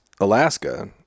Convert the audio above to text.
Alaska